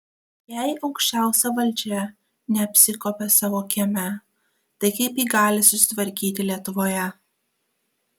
jei aukščiausia valdžia neapsikuopia savo kieme tai kaip ji gali susitvarkyti lietuvoje